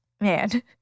man